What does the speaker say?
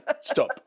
stop